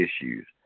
issues